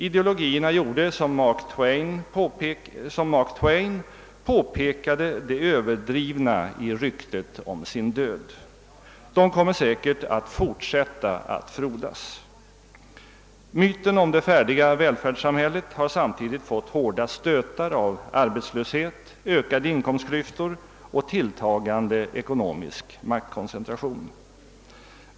Ideologierna gjorde som Mark Twain: de påpekade det överdrivna i ryktet om sin död; de kommer säkert att fortsätta att frodas. Myten om det färdiga välfärdssamhället har samtidigt fått hårda stötar av arbetslöshet, ökade inkomstklyftor och tilltagande ekonomisk maktkoncentration.